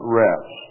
rest